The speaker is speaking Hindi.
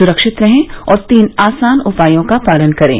सुरक्षित रहें और तीन आसान उपायों का पालन करें